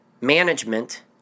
management